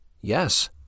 Yes